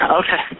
okay